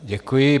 Děkuji.